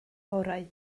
orau